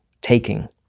taking